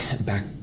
back